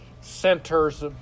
centers